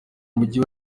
mujyi